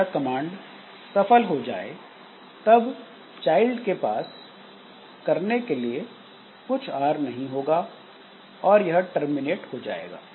जब यह कमांड सफल हो जाए तब चाइल्ड के पास कुछ और करने के लिए नहीं होगा और यह टर्मिनेट हो जाएगा